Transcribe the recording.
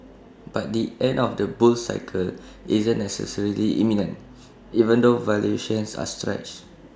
but the end of the bull cycle isn't necessarily imminent even though valuations are stretched